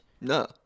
no